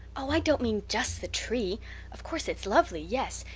oh, i don't mean just the tree of course it's lovely yes,